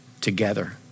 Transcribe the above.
together